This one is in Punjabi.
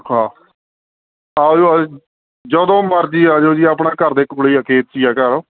ਹਾਂ ਆ ਜਾਓ ਆ ਜਾਓ ਜਦੋਂ ਮਰਜ਼ੀ ਆ ਜਾਓ ਜੀ ਆਪਣਾ ਘਰ ਦੇ ਕੋਲ ਆ ਖੇਤ 'ਚ ਹੀ ਆ ਘਰ